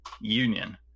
union